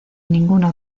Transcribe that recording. ninguna